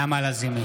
בעד נעמה לזימי,